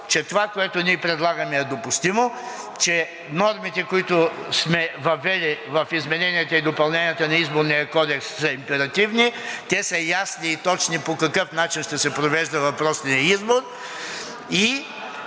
че това, което предлагаме, е допустимо, че нормите, които сме въвели в измененията и допълненията на Изборния кодекс, са императивни, те са ясни и точни по какъв начин ще се провежда въпросният избор, и